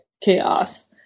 chaos